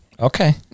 Okay